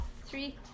three